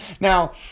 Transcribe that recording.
Now